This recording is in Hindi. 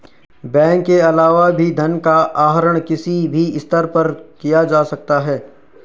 बैंक के अलावा भी धन का आहरण किसी भी स्तर पर किया जा सकता है